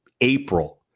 April